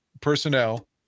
personnel